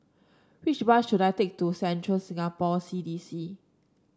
which bus should I take to Central Singapore C D C